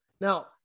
Now